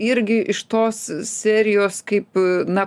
irgi iš tos serijos kaip na